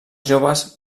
joves